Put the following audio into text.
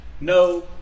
No